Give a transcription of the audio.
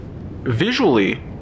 visually